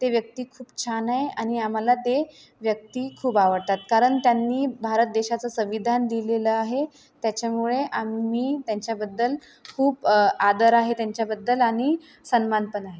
ते व्यक्ती खूप छान आहे आणि आम्हाला ते व्यक्ती खूप आवडतात कारण त्यांनी भारत देशाचं संविधान लिहिलेलं आहे त्याच्यामुळे आम्ही त्यांच्याबद्दल खूप आदर आहे त्यांच्याबद्दल आणि सन्मान पण आहे